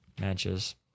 matches